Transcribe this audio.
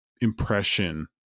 impression